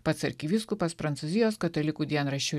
pats arkivyskupas prancūzijos katalikų dienraščiui